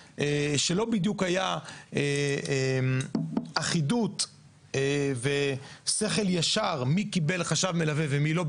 שלא בדיוק הייתה אחידות ושכל ישר מי קיבל חשב מלווה ומי לא,